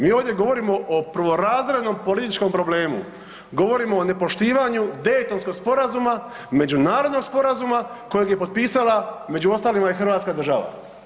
Mi ovdje govorimo o prvorazrednom političkom problemu, govorimo o nepoštivanju Daytonskog sporazuma, međunarodnog sporazuma kojeg je potpisala među ostalima i Hrvatska država.